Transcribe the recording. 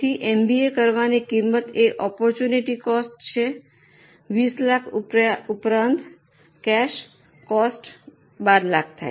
તેથી એમબીએ કરવાની કિંમત એ આપર્ટૂનટી કોસ્ટ છે 20 લાખ ઉપરાંત કૈશમ કોસ્ટ 12 લાખ